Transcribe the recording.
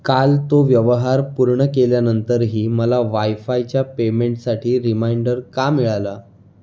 काल तो व्यवहार पूर्ण केल्यानंतरही मला वायफायच्या पेमेंटसाठी रिमाइंडर का मिळाला